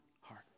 heart